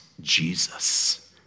Jesus